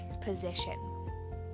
position